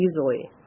easily